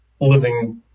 living